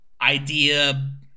idea